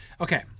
Okay